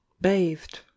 bathed